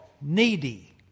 needy